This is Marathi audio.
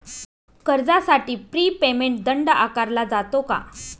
कर्जासाठी प्री पेमेंट दंड आकारला जातो का?